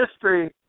history